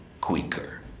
quicker